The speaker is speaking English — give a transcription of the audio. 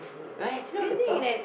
right if you wanna talk